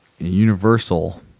Universal